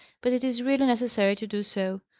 but it is really necessary to do so.